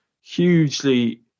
hugely